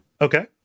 Okay